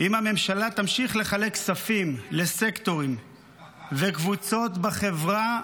אם הממשלה תמשיך לחלק כספים לסקטורים וקבוצות בחברה,